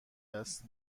است